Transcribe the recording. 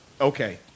Okay